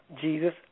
Jesus